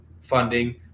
funding